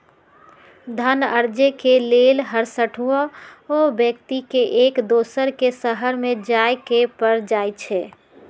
धन अरजे के लेल हरसठ्हो व्यक्ति के एक दोसर के शहरमें जाय के पर जाइ छइ